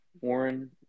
Warren